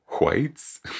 Whites